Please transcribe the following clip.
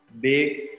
big